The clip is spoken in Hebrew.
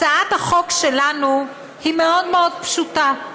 הצעת החוק שלנו מאוד מאוד פשוטה,